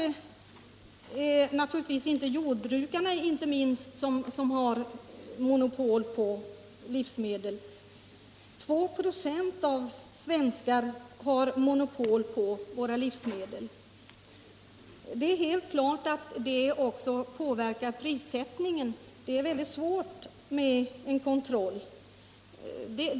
Inte minst jordbrukarna har monopol på tillverkningen av livsmedel — i Sverige har 2 26 av svenskarna monopol på den. Det är helt klart att det också påverkar prissättningen — det är svårt med kontroll av priser.